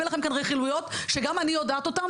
לכם כאן רכילויות שגם אני יודעת אותם,